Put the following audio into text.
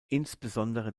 insbesondere